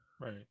Right